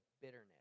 bitterness